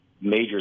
major